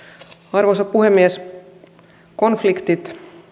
arvoisa puhemies konfliktit